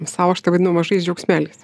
sau aš tai vadinu mažais džiaugsmeliais